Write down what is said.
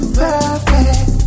perfect